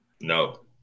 No